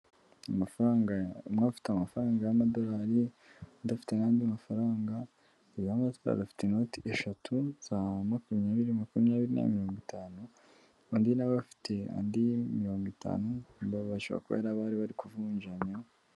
Amafaranga umwe afite amafaranga y'amadolari ye adafite n'andi mafaranga ziba atwarafite inoti 3 za 20 20 na 50 n'undi afite andi 50 mbabasha kuko abari bari kuvunja.